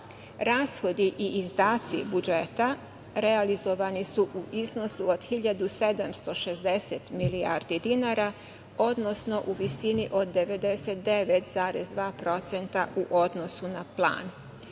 dinara. Rashodi i izdaci budžeta realizovani su u iznosu od 1.760 milijardi dinara, odnosno u visini od 99,2% u odnosu na plan.